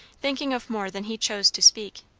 thinking of more than he chose to speak.